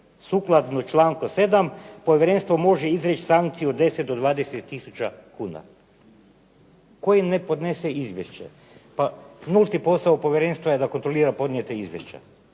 sukladno članku 7. povjerenstvo može izreći sankciju od 10 do 20000 kuna, koji ne podnese izvješće. Pa nulti posao povjerenstva je da kontrolira podnijeta izvješća